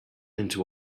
into